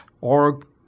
org